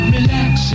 Relax